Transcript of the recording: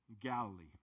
Galilee